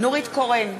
נורית קורן,